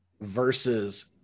versus